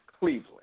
Cleveland